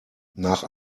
nach